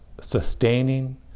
sustaining